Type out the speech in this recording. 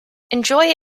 enjoy